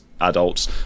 adults